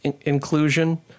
inclusion